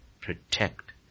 protect